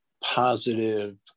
positive